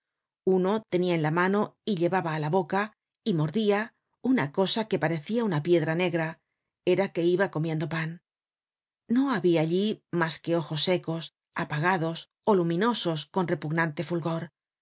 uno tenia en la mano y llevaba ála boca y mordia una cosa que parecia una piedra negra era que iba comiendo pan no habia allí mas que ojos secos apagados ó luminosos con repugnante fulgor